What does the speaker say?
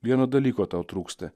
vieno dalyko tau trūksta